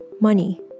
money